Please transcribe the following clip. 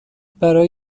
برای